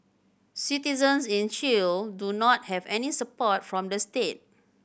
citizens in Chile do not have any support from the state